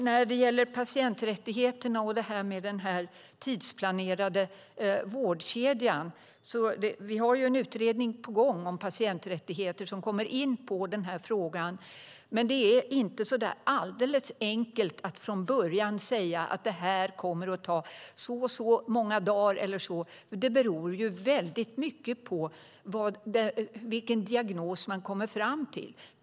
När det gäller patienträttigheterna och den tidsplanerade vårdkedjan har vi en utredning på gång som kommer in på frågan. Men det är inte alldeles enkelt att från början säga att detta kommer att ta så och så många dagar. Det beror ju väldigt mycket på vilken diagnos man kommer fram till.